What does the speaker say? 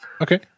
Okay